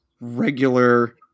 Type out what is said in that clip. regular